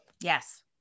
Yes